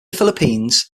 philippines